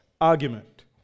argument